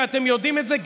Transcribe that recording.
ואתם יודעים את זה,